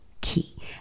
key